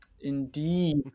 Indeed